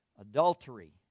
adultery